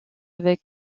avec